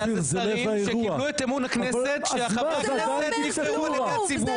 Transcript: זה שרים שקיבלו את אמון הכנסת שחבריה נבחרו על ידי הציבור,